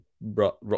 rock